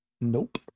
Nope